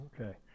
Okay